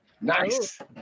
Nice